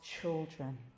children